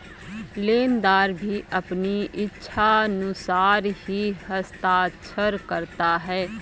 लेनदार भी अपनी इच्छानुसार ही हस्ताक्षर करता है